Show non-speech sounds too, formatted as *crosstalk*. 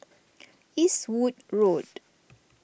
Eastwood Road *noise*